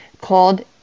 called